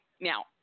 Now